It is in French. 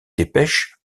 dépêche